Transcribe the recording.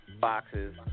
boxes